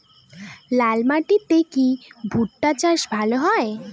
লাল মাটিতে কি ভুট্টা চাষ ভালো হয়?